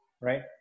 Right